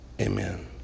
Amen